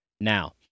Now